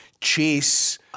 chase